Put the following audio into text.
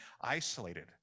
isolated